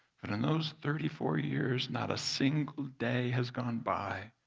but, in those thirty four years, not a single day has gone by